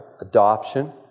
adoption